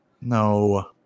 No